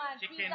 chicken